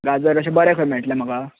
गाजर अशें बरे मेळटले म्हाका